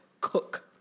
cook